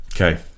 Okay